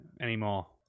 anymore